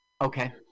Okay